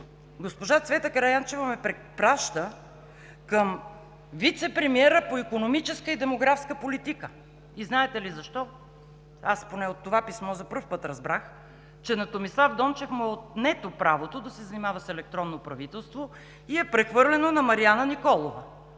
Госпожа Цвета Караянчева ме препраща към вицепремиера по икономическа и демографска политика. И знаете ли защо? Аз поне от това писмо за пръв път разбрах, че на Томислав Дончев му е отнето правото да се занимава с електронно правителство и е прехвърлено на Мариана Николова.